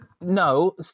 No